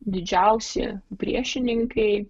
didžiausi priešininkai